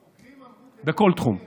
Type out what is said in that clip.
החוקרים אמרו במו פיהם.